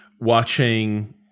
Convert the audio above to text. watching